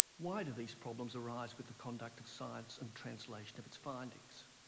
why do these problems arise with the conduct of science and translation of its findings?